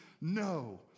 no